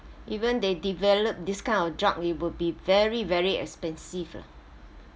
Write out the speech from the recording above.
even they develop this kind of drug it will be very very expensive ah